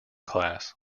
class